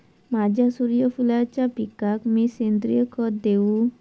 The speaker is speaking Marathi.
माझ्या सूर्यफुलाच्या पिकाक मी सेंद्रिय खत देवू?